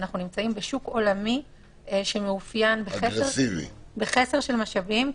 אנחנו נמצאים בשוק עולמי שמאופיין בחסר של משאבים -- אגרסיבי.